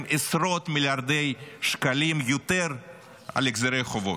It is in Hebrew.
עשרות מיליארדי שקלים יותר על החזרי חובות,